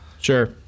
Sure